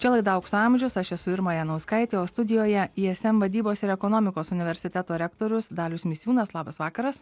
čia laida aukso amžiaus aš esu irma janauskaitė o studijoje ism vadybos ir ekonomikos universiteto rektorius dalius misiūnas labas vakaras